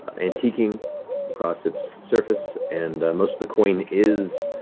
antiquing across its surface, and most of the coin is